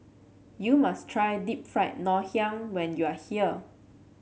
you must try Deep Fried Ngoh Hiang when you are here